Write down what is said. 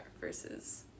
versus